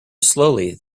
slowly